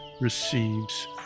receives